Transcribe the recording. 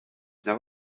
viens